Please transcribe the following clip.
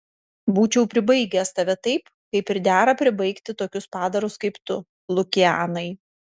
būčiau pribaigęs tave taip kaip ir dera pribaigti tokius padarus kaip tu lukianai